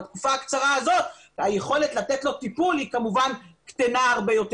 בתקופה הקצרה הזאת היכולת לתת לו טיפול היא כמובן קטנה הרבה יותר